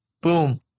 Boom